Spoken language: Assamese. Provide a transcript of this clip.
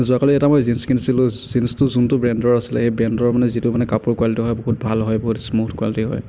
যোৱাকালি এটা মই জিন্স কিনিছিলোঁ জিন্সটো যোনটো ব্ৰেণ্ডৰ আছিলে সেই ব্ৰেণ্ডৰ মানে যিটো মানে কাপোৰ কোৱালিটিতো হয় বহুত ভাল হয় বহুত স্মুথ কোৱালিটিৰ হয়